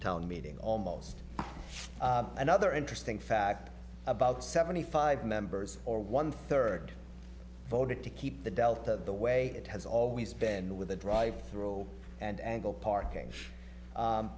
town meeting almost another interesting fact about seventy five members or one third voted to keep the delta the way it has always been with a drive through and angle parking